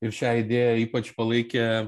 ir šią idėją ypač palaikė